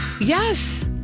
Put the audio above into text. yes